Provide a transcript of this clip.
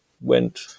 went